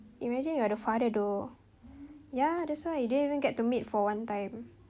imagine you are the father though ya that's why you didn't even get to meet for one time